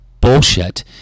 bullshit